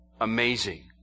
Amazing